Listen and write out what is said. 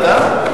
אתה?